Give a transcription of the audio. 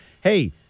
hey